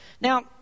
Now